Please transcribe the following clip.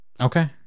Okay